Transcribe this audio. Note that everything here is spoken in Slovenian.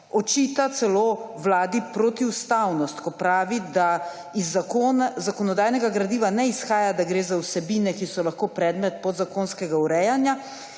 očita celo protiustavnost, ko pravi, da iz zakonodajnega gradiva ne izhaja, da gre za vsebine, ki so lahko predmet podzakonskega urejanja,